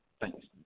Thanks